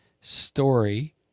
story